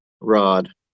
rod